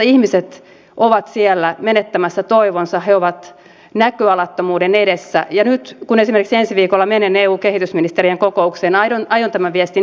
ihmiset ovat siellä menettämässä toivonsa he ovat näköalattomuuden edessä ja nyt kun esimerkiksi ensi viikolla menen eu kehitysministerien kokoukseen aion tämän viestin viedä